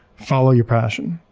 follow your passion